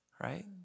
right